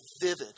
vivid